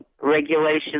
regulations